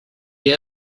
you